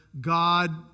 God